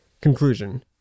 Conclusion